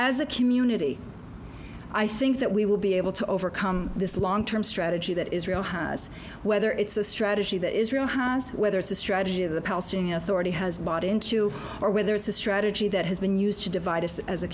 as a community i think that we will be able to overcome this long term strategy that israel has whether it's a strategy that israel has whether it's a strategy of the palestinian authority has bought into or whether it's a strategy that has been used to divide us as a